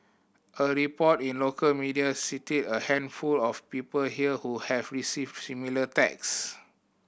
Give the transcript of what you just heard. a report in local media cited a handful of people here who have received similar text